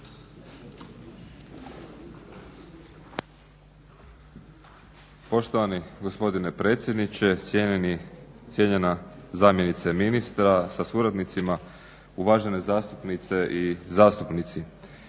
Poštovani gospodine predsjedniče, cijenjena zamjenice ministra sa suradnicima, uvažene zastupnice i zastupnici.